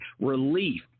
Relief